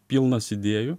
pilnas idėjų